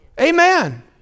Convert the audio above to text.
Amen